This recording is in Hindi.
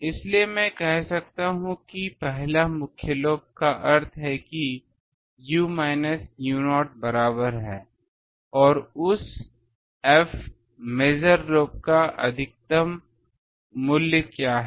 इसलिए मैं कह सकता हूं कि पहला मुख्य लोब का अर्थ है कि u माइनस u0 बराबर है और उस F मेजर लोब का अधिकतम मूल्य क्या है